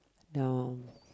down